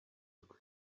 twe